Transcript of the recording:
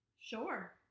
Sure